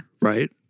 right